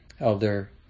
elder